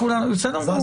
אנחנו זזנו.